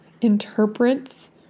interprets